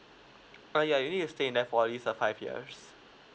err ya you need stay there for at least a five years